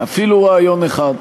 אפילו רעיון אחד.